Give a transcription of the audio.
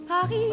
Paris